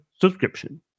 subscription